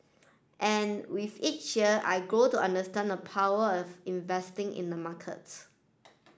and with each year I grew to understand the power of investing in the markets